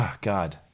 God